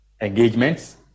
engagements